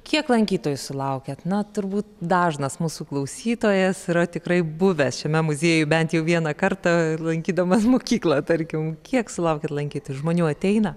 kiek lankytojų sulaukiat na turbūt dažnas mūsų klausytojas yra tikrai buvęs šiame muziejuj bent jau vieną kartą lankydamas mokyklą tarkim kiek sulaukiat lankyti žmonių ateina